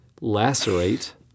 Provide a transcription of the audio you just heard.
lacerate